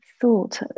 thought